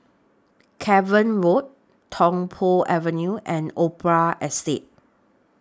Cavan Road Tung Po Avenue and Opera Estate